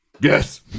Yes